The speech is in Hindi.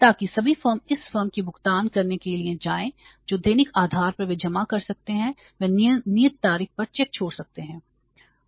ताकि सभी फर्म इस फर्म को भुगतान करने के लिए जाएं जो दैनिक आधार पर वे जमा कर सकते हैं वे नियत तारीख पर चेक छोड़ सकते हैं